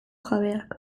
jabeak